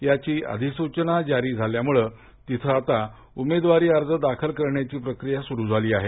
याची अधिसूचना जाहीर झाल्यामुळ तिथं आता उमेदवारी अर्ज दाखल करण्याची प्रक्रिया सुरू झाली आहे